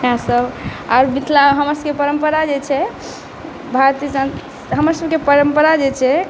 इएहसब आओर मिथिला हमरसबके परम्परा जे छै भारतीय संस्कृति हमरसबके परम्परा जे छै